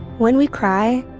when we cry,